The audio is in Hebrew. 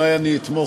אולי אני אתמוך.